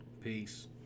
Peace